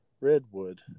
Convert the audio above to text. Redwood